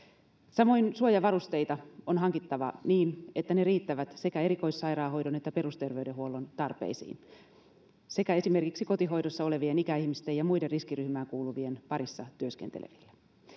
samoin suojavarusteita on hankittava niin että ne riittävät sekä erikoissairaanhoidon että perusterveydenhuollon tarpeisiin sekä esimerkiksi kotihoidossa olevien ikäihmisten ja muiden riskiryhmään kuuluvien parissa työskenteleville